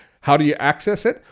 how do you access it?